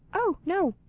oh, no!